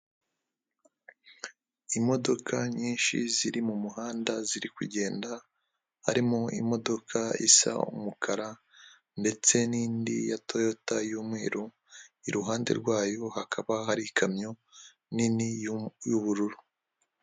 Imodoka nyinshi ziri mu muhanda, ziri kugenda, harimo imodoka isa umukara, ndetse n'indi ya toyota y'umweru, iruhande rwayo hakaba hari ikamyo nini y'ubururu.